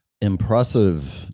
impressive